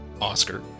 Oscar